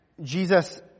Jesus